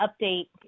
update